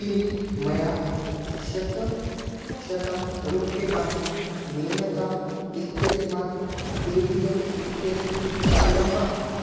किं मया शतं शतं रूप्यकाणि मेनका इत्यस्मात् पेटिएम् इत्यस्मिन् प्राप्तं वा